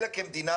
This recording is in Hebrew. אלא כמדינה